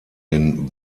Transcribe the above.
den